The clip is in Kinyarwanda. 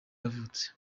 yavutse